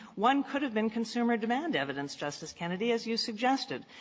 one could have been consumer demand evidence, justice kennedy, as you suggested.